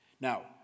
Now